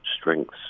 strengths